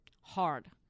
hard